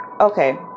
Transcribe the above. Okay